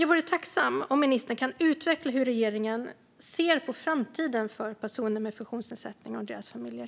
Jag vore tacksam om ministern kunde utveckla hur regeringen ser på framtiden för personer med funktionsnedsättning och deras familjer.